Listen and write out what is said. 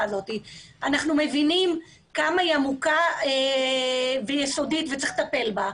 אנו מבינים, כמה היא עמוקה ויסודית ויש לטפל בה.